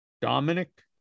Dominic